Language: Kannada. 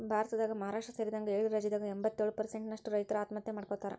ಭಾರತದಾಗ ಮಹಾರಾಷ್ಟ್ರ ಸೇರಿದಂಗ ಏಳು ರಾಜ್ಯದಾಗ ಎಂಬತ್ತಯೊಳು ಪ್ರಸೆಂಟ್ ನಷ್ಟ ರೈತರು ಆತ್ಮಹತ್ಯೆ ಮಾಡ್ಕೋತಾರ